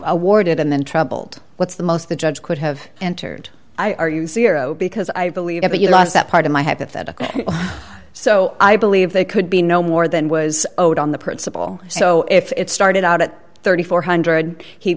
awarded and then troubled what's the most the judge could have entered i argue sierra because i believe that you lost that part of my hypothetical so i believe they could be no more than was owed on the principle so if it started out at three thousand four hundred